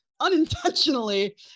unintentionally